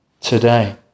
today